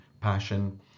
passion